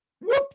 whoop